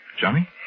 Johnny